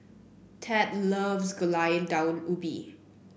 Tad loves Gulai Daun Ubi